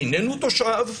איננו תושב,